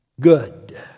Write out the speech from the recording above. good